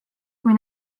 kui